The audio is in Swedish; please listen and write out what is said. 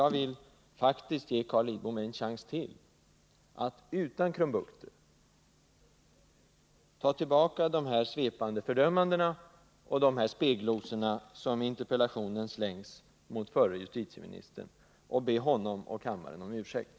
Jag vill faktiskt ge Carl Lidbom en chans att utan krumbukter ta tillbaka de svepande fördömanden och de speglosor som i interpellationen slängs mot förre justitieministern och be honom och kammaren om ursäkt.